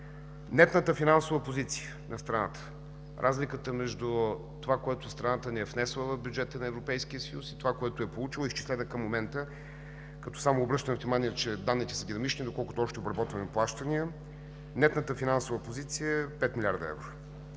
Нетната финансова позиция на страната – разликата между това, което страната ни е внесла в бюджета на Европейския съюз, и онова, което е получила, изчислена към момента, като обръщам внимание, че данните са динамични, доколкото още обработваме плащания, е 5 млрд. евро.